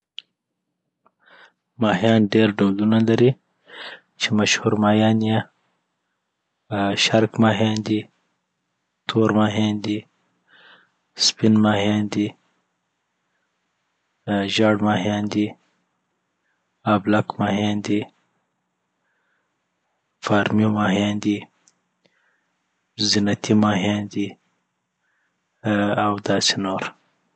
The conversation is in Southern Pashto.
ماهیان ډیر ډولونه لري چی مشهور ماهیان یی آ شرک ماهیان دی ،تور ماهیان دی ،سپین ماهیان دی ژيړماهیان دی ،ابلاک ماهیان دی ،فارمی ماهیان دی ،زینتي ماهیان دي آ اوهمداسې نور